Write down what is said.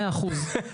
מאה אחוז.